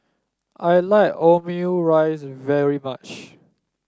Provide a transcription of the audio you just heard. I like Omurice very much